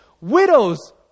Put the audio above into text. Widows